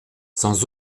sans